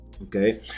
okay